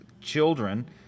children